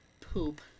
Poop